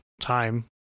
time